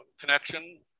connection